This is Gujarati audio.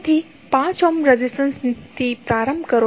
તેથી 5 ઓહ્મ રેઝિસ્ટન્સથી પ્રારંભ કરો